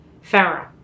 Pharaoh